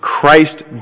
Christ